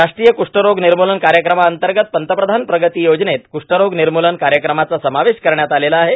राष्ट्रीय कुष्ठरोग निर्मूलन कार्यकमांतर्गत पंतप्रधान प्रगती योजनेत कुष्ठरोग निर्मूलन कार्यक्रमाचा समावेश करण्यात आलेला आहे